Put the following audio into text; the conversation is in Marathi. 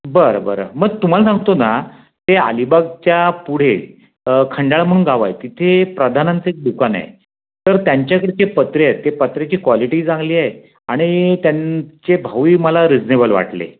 बरं बरं मग तुम्हाला सांगतो ना ते अलिबागच्या पुढे खंडाळा म्हणून गाव आहे तिथे प्रदानांचं एक दुकान आहे तर त्यांच्याकडचे पत्रे आहेत ते पत्र्याची कॉलिटीही चांगली आहे आणि त्यांचे भावही मला रिजनेबल वाटले